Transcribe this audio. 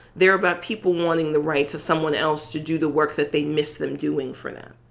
they're about people wanting the right to someone else to do the work that they miss them doing for them.